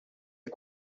les